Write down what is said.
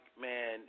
man